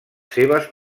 seves